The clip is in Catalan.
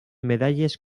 medalles